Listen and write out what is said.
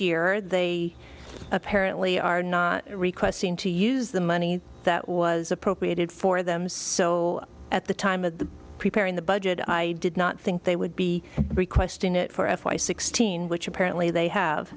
year they apparently are not requesting to use the money that was appropriated for them so at the time of the preparing the budget i did not think they would be requesting it for f y sixteen which apparently they have